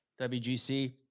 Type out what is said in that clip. WGC